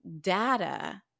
data